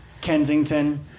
Kensington